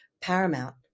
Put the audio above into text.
paramount